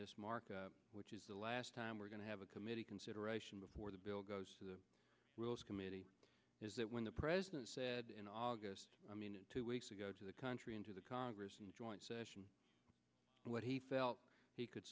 this market which is the last time we're going to have a committee consideration before the bill goes to the rules committee is that when the president said in august i mean two weeks ago to the country and to the congress in joint session and what he felt he could